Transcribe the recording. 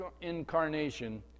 incarnation